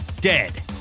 dead